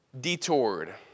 detoured